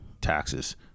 taxes